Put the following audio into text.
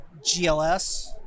GLS